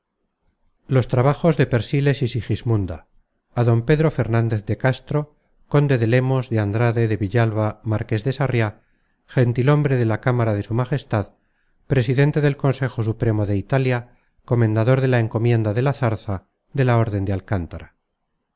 content from google book search generated at a don pedro fernandez de castro conde de lemos de andrade de villalva marqués de sarriá gentilhombre de la cámara de su majestad presidente del consejo supremo de italia comendador de la encomienda de la zarza de la orden de alcántara